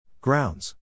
Grounds